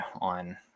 on